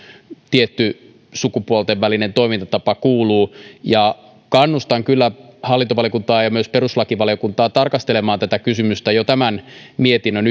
tietty sukupuolten välinen toimintatapa kuuluvat ja kannustan kyllä hallintovaliokuntaa ja myös perustuslakivaliokuntaa tarkastelemaan jo tämän mietinnön